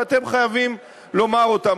ואתם חייבים לומר אותם.